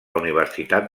universitat